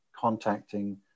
contacting